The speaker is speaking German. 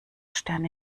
stern